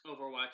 Overwatch